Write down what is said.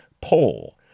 Poll